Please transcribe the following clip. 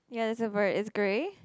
ya it's a bird it's grey